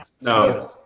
No